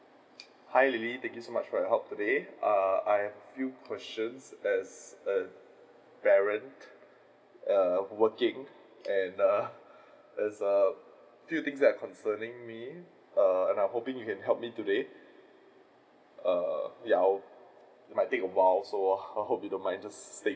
hi lily thank you so much for your help today err I've a few questions as as parent err working and err and err a few things that's concerning me err and I am hoping you can help me today err ya I'll it might take awhile so I hope you don't mind so just take